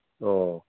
ꯑꯣ